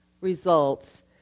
results